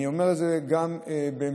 אני אומר את זה גם בהמשך,